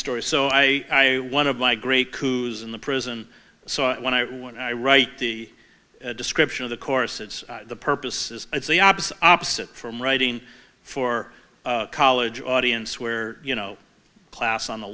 stores so i one of my great coups in the prison saw it when i when i write the description of the course it's purposes it's the opposite opposite from writing for a college audience where you know class on the